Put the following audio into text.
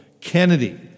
Kennedy